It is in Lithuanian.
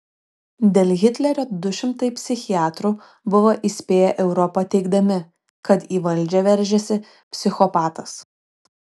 dėl hitlerio du šimtai psichiatrų buvo įspėję europą teigdami kad į valdžią veržiasi psichopatas